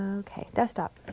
okay, desktop.